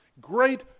great